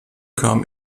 kam